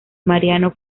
mariano